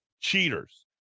cheaters